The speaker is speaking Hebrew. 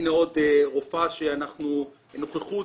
הנה עוד רופאה: נוכחות,